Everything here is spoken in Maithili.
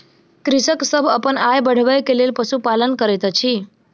कृषक सभ अपन आय बढ़बै के लेल पशुपालन करैत अछि